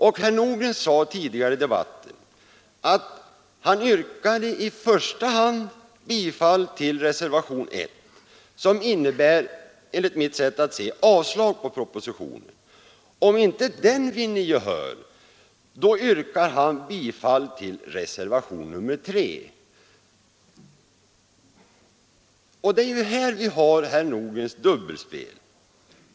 Herr Nordgren yrkade tidigare i debatten i första hand bifall till reservationen 1 som innebär — enligt mitt sätt att se — avslag på propositionen. Om inte detta vinner gehör, yrkar han bifall till reservationen 3. Det är ju här vi har herr Nordgrens dubbelspel.